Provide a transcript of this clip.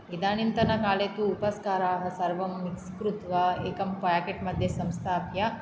इदानीम्तनकाले तु उपस्काराः सर्वं मिक्स् कृत्वा एकं पाकेट् मध्ये संस्थाप्य